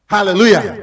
Hallelujah